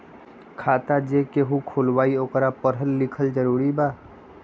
खाता जे केहु खुलवाई ओकरा परल लिखल जरूरी वा?